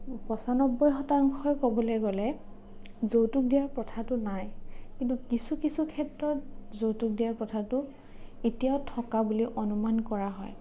পঁচান্নব্বৈ শতাংশই ক'বলে গ'লে যৌতুক দিয়াৰ প্ৰথাটো নাই কিন্তু কিছু কিছু ক্ষেত্ৰত যৌতুক দিয়াৰ প্ৰথাটো এতিয়াও থকা বুলি অনুমান কৰা হয়